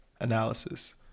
analysis